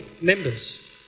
members